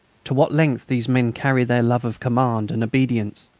to what lengths these men carry their love of command and obedience!